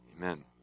Amen